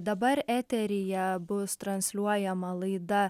dabar eteryje bus transliuojama laida